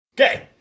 Okay